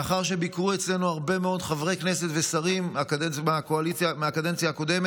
לאחר שביקרו אצלנו הרבה מאוד חברי הכנסת ושרים מהקדנציה הקודמת,